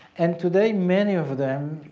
and today many of them